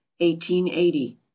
1880